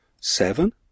Seven